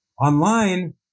online